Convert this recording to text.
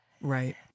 Right